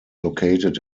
located